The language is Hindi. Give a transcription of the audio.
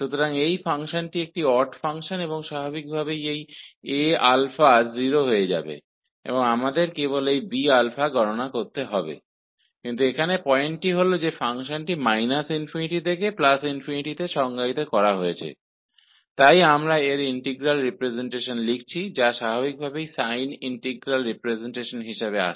तो यह फ़ंक्शन एक ऑड फंक्शन है और यहाँ यह Aα 0 हो जाएगा और हमें केवल इस Bα का मान ज्ञात करना होगा लेकिन यहां मुद्दा यह है कि फ़ंक्शन को −∞ से ∞ में परिभाषित किया गया है इसलिए हम इसका इंटीग्रल रिप्रजेंटेशन लिख रहे हैं जो खुद ही साइन इंटीग्रल रिप्रजेंटेशन के रूप में मिल रहा है